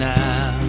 now